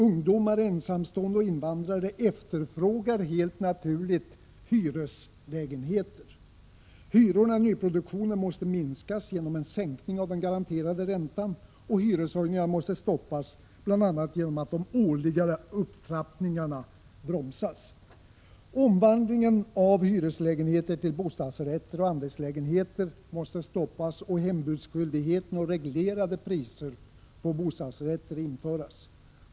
Ungdomar, ensamstående och invandrare efterfrågar helt naturligt hyreslägenheter. Hyrorna i nyproduktionen måste sänkas genom en sänkning av den garanterade räntan, och hyreshöjningarna måste stoppas, bl.a. genom att de årliga upptrappningarna bromsas. Omvandlingen av hyreslägenheter till bostadsrätter och andelslägenheter måste stoppas och hembudsskyldighet och reglerade priser på bostadsrätter införas.